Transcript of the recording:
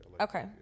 Okay